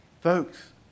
folks